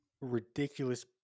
ridiculous